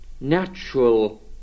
natural